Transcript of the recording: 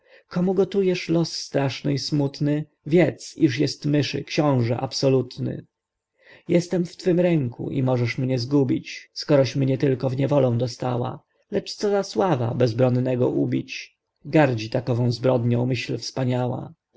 komu gotujesz los straszny i smutny wiedz iż jest myszy xiążę absolutny jestem w twych ręku i możesz mnie zgubić skoroś mnie tylko w niewolą dostała lecz coza sława bezbronnego ubić gardzi takową zbrodnią myśl wspaniała